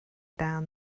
down